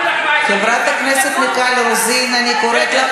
חברת הכנסת מיכל רוזין, היו לך